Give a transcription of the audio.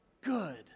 good